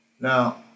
Now